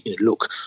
look